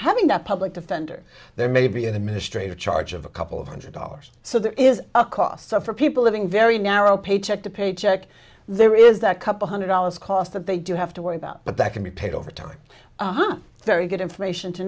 having a public defender there maybe an administrative charge of a couple of hundred dollars so there is a cost for people living very narrow paycheck to paycheck there is that couple hundred dollars cost that they do have to worry about but that can be paid over time very good information to